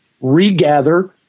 regather